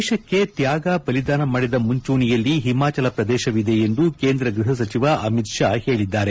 ದೇಶಕ್ಕೆ ತ್ಲಾಗ ಬಲಿದಾನ ಮಾಡಿದ ಮುಂಚೂಣಿಯಲ್ಲಿ ಹಿಮಾಚಲ ಪ್ರದೇಶವಿದೆ ಎಂದು ಕೇಂದ್ರ ಗೃಹ ಸಚಿವ ಅಮಿತ್ ಷಾ ಹೇಳದ್ದಾರೆ